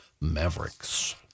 Mavericks